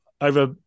over